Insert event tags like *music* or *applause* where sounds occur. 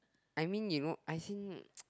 I mean you know as in *noise*